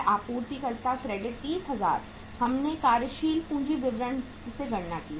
आपूर्तिकर्ता क्रेडिट 30000 हमने कार्यशील पूंजी विवरण से गणना की है